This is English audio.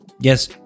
Yes